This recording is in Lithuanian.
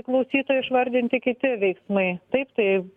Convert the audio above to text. klausytojų išvardinti kiti veiksmai taip tai